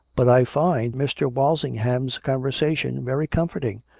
but i find mr. walsingham's con versation very comforting,